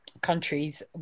countries